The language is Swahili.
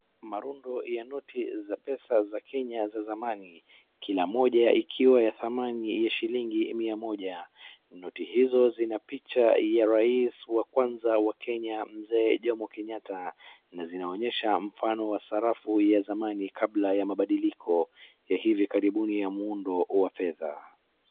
Marundo ya noti za pesa za Kenya za zamani. Kila moja ikiwa ya dhamani ya shilingi mia moja. Noti hizo zina picha ya rais wa kwaza wa Kenya Mzee Jomo Kenyatta na zinaonyesha mfano wa sarafu ya zamani kabla ya mabadiliko ya hivi karibuni ya muundo wa fedha.